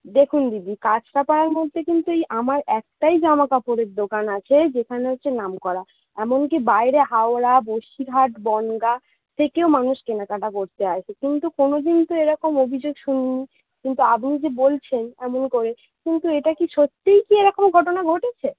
দেখুন দিদি কাঁচরাপাড়ার মধ্যে কিন্তু এই আমার একটাই জামাকাপড়ের দোকান আছে যেখানে হচ্ছে নামকরা এমনকি বাইরে হাওড়া বসিরহাট বনগাঁ থেকেও মানুষ কেনাকাটা করতে আসে কিন্তু কোনোদিন তো এরকম অভিযোগ শুনি নি কিন্তু আপনি যে বলছেন এমন করে কিন্তু এটা কি সত্যিই কি এরকম ঘটনা ঘটেছে